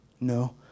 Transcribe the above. No